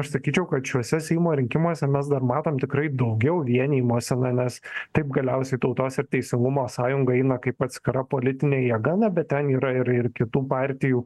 aš sakyčiau kad šiuose seimo rinkimuose mes dar matom tikrai daugiau vienijimosi na nes taip galiausiai tautos ir teisingumo sąjunga eina kaip atskira politinė jėga na bet ten yra ir ir kitų partijų